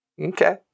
Okay